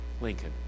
Lincoln